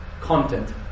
content